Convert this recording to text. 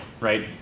Right